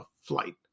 Flight